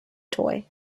toy